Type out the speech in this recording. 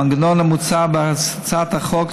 המנגנון המוצע בהצעת החוק,